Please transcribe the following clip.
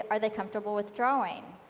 yeah are they comfortable with drawing?